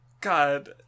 God